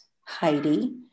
Heidi